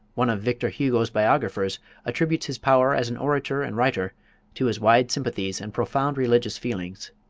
one of victor hugo's biographers attributes his power as an orator and writer to his wide sympathies and profound religious feelings.